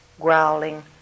growling